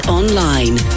online